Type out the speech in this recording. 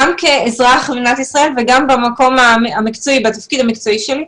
גם כאזרח במדינת ישראל וגם בתפקיד המקצועי שלי,